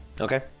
Okay